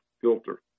filter